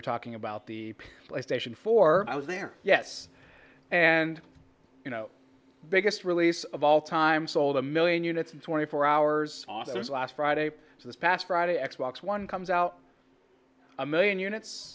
were talking about the play station four i was there yes and you know biggest release of all time sold a million units in twenty four hours oscars last friday so this past friday x walks one comes out a million units